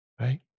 right